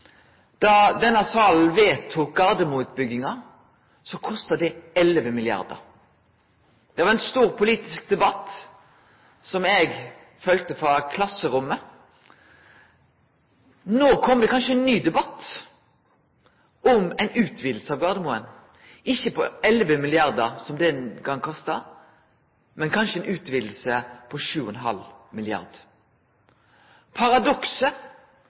Da denne salen vedtok Gardermoen-utbygginga, kosta det 11 mrd kr. Det var ein stor politisk debatt, som eg følgde frå klasserommet. No kjem det kanskje ein ny debatt om ei utviding av Gardermoen – ikkje på 11 mrd. kr, som det den gongen kosta, men kanskje ei utviding på 7,5 mrd kr. Paradokset